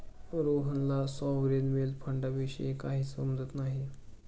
रोहनला sovereign wealth फंडाविषयी काहीच समजत नाही